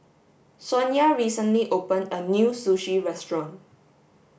Sonya recently opened a new Sushi restaurant